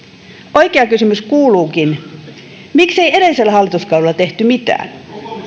oikea kysymys kuuluukin miksei edellisellä hallituskaudella tehty mitään